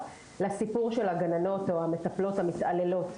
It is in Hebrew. לסיפור של הגננות או המטפלות המתעללות.